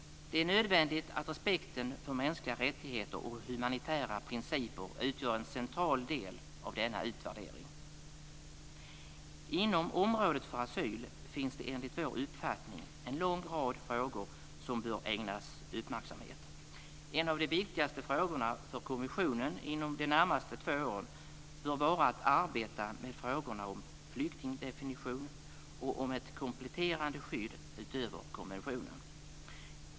Det är nödvändigt att respekten för mänskliga rättigheter och humanitära principer utgör en central del av denna utvärdering. Inom området för asyl finns det enligt vår uppfattning en lång rad frågor som bör ägnas uppmärksamhet. En av de viktigaste frågorna för kommissionen inom de närmaste två åren bör vara att arbeta med frågorna om flyktingdefinition och om ett kompletterande skydd utöver konventionen.